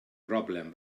broblem